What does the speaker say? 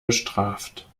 bestraft